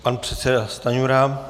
Pan předseda Stanjura.